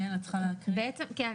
אני צריכה לעדכן,